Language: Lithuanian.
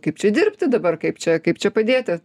kaip čia dirbti dabar kaip čia kaip čia padėti